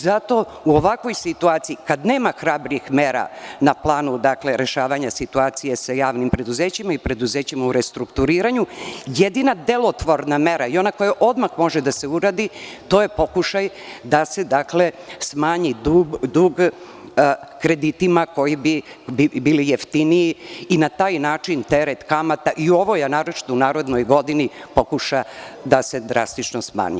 Zato u ovakvoj situaciji kad nema hrabrih mera na planu, dakle, rešavanje situacije sa javnim preduzećima i preduzećima u restrukturiranju jedina delotvorna mera i ona koja odmah može da se uradi, to je pokušaj da se smanji dug kreditima koji bi bili jeftiniji i na taj način teret kamata i ovo naročito u narednoj godini pokuša da se drastično smanji.